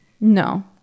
no